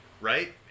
Right